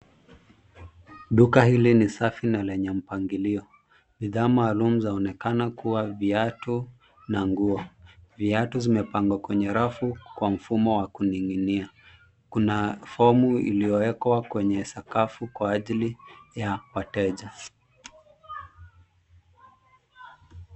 Duka hili ni safi na lenye mpangilio . Bidhaa maalum za onekana kuwa viatu na nguo. Viatu zimepangwa kwenye rafu kwa mfumo wa kuninginia . Kuna fomu iliyowekwa kwenye sakafu kwa ajili ya wateja.